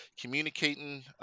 communicating